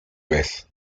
vez